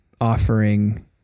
offering